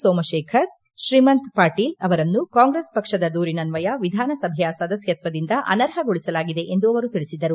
ಸೋಮಶೇಖರ್ ಶ್ರೀಮಂತ ಪಾಟೀಲ್ ಅವರನ್ನು ಕಾಂಗ್ರೆಸ್ ಪಕ್ಷದ ದೂರಿನ ಅನ್ವಯ ವಿಧಾನಸಭೆಯ ಸದಸ್ವತ್ವದಿಂದ ಅನರ್ಹಗೊಳಿಸಲಾಗಿದೆ ಎಂದು ಅವರು ತಿಳಿಸಿದರು